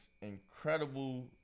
incredible